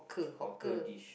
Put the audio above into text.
hawker dish